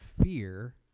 fear